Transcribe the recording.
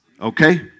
Okay